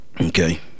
Okay